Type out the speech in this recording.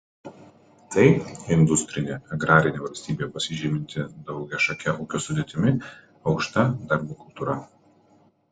tai industrinė agrarinė valstybė pasižyminti daugiašake ūkio sudėtimi aukšta darbo kultūra